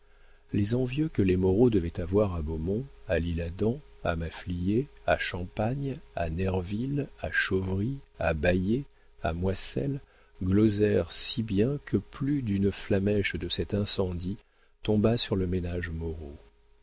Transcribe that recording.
les envieux que les moreau devaient avoir à beaumont à l'isle-adam à maffliers à champagne à nerville à chauvry à baillet à moisselles glosèrent si bien que plus d'une flammèche de cet incendie tomba sur le ménage moreau